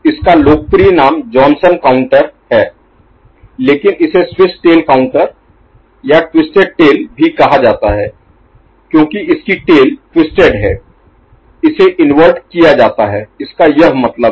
इसका लोकप्रिय नाम जॉनसन काउंटर है लेकिन इसे स्विच्ड टेल काउंटर या ट्विस्टेड टेल भी कहा जाता है क्योंकि इसकी टेल ट्विस्टेड है इसे इन्वर्ट किया जाता है इसका यह मतलब है